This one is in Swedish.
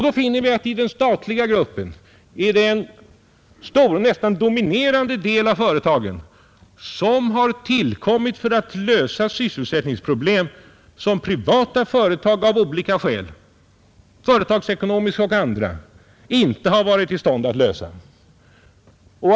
Då finner vi att det i den statliga gruppen är en stor, nästan dominerande del av företagen som har tillkommit för att lösa sysselsättningsproblem vilka privata företag av olika skäl — företagsekonomiska och andra — inte har varit i stånd att lösa.